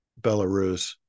Belarus